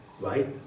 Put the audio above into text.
right